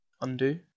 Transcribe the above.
undo